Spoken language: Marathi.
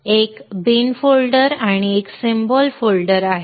एक बिन फोल्डर आणि एक सिम्बॉल फोल्डर आहे